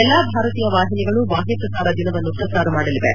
ಎಲ್ಲಾ ಭಾರತೀಯ ವಾಹಿನಿಗಳು ಬಾಹ್ಯ ಪ್ರಸಾರ ದಿನವನ್ನು ಪ್ರಸಾರ ಮಾಡಲಿವೆ